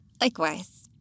Likewise